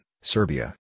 Serbia